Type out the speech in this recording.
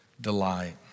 delight